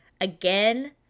again